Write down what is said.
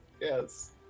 Yes